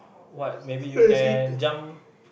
what maybe you can jump